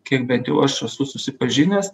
kiek bent jau aš esu susipažinęs